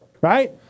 right